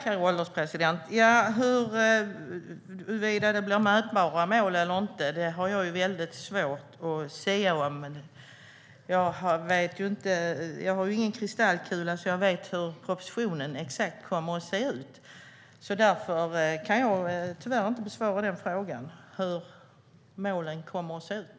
Herr ålderspresident! Huruvida det blir mätbara mål eller inte har jag svårt att sia om. Jag har ingen kristallkula som kan visa mig exakt hur propositionen kommer att se ut. Därför kan jag tyvärr inte besvara frågan om hur målen kommer att se ut.